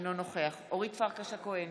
אינו נוכח אורית פרקש הכהן,